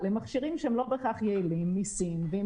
למכשירים מסין שהם לא בהכרח יעילים.